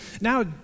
Now